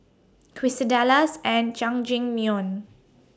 Quesadillas and Jajangmyeon